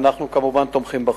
ואנחנו כמובן תומכים בחוק.